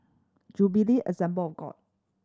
Jubilee Assembly of God